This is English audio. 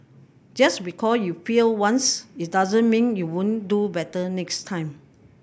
just because you failed once it doesn't mean you won't do better next time